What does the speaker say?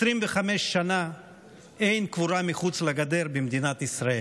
25 שנה אין קבורה מחוץ לגדר במדינת ישראל,